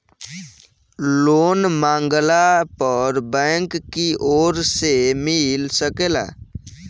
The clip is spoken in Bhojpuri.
लोन मांगला पर बैंक कियोर से मिल सकेला